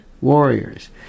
Warriors